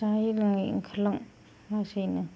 जायै लोंयै ओंखारलां लासैनो